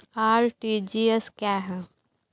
RTGS क्या है?